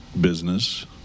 business